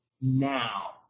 now